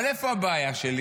אבל איפה הבעיה שלי?